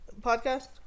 podcast